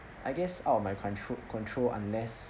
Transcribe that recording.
I guess out of my contro~ control unless